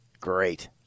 Great